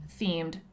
themed